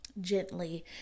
gently